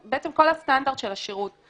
בעצם כל הסטנדרט של השרות,